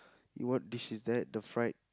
what dish is that the fried